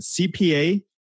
CPA